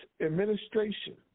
administration